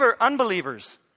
unbelievers